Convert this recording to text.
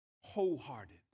Wholehearted